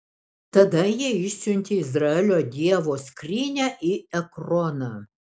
tada jie išsiuntė izraelio dievo skrynią į ekroną